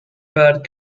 bird